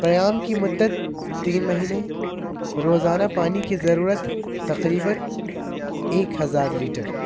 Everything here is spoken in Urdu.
قیام کی مدت تین مہینے روزانہ پانی کی ضرورت تقریبًا ایک ہزار لیٹر